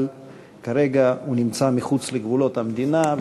אבל כרגע הוא נמצא מחוץ לגבולות המדינה,